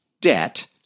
debt